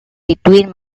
between